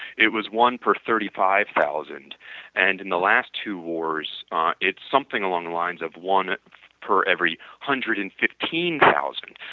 it was one per thirty five thousand and in the last two wars it's something along the lines of one per every one hundred and fifteen thousand.